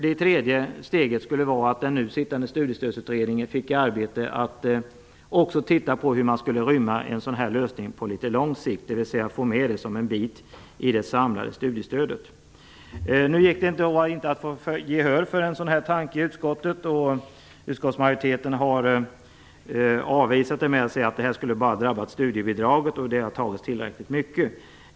Det tredje steget skulle vara att den nu sittande Studiestödsutredningen fick i uppdrag att även titta på hur man skulle kunna lösa detta på lång sikt och få med det som en bit i det samlade studiestödet. Nu gick det inte att få gehör för en sådan tanke i utskottet. Utskottsmajoriteten har avvisat den och säger att det bara skulle ha drabbat studiebidraget och att det har drabbats tillräckligt mycket.